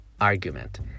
argument